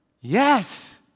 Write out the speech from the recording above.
Yes